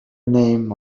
name